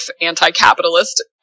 anti-capitalist